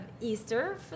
Easter